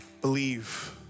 believe